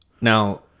now